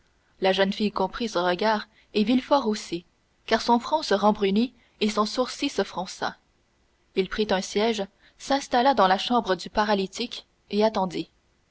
la jeune fille comprit ce regard et villefort aussi car son front se rembrunit et son sourcil se fronça il prit un siège s'installa dans la chambre du paralytique et attendit